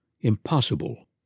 Impossible